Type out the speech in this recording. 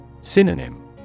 Synonym